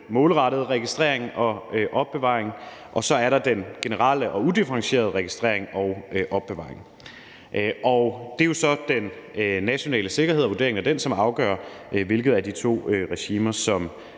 målrettede registrering og opbevaring, og så er der den generelle og udifferentierede registrering og opbevaring, og det er jo så den nationale sikkerhed og vurderingen af den, som afgør, hvilke af de to regimer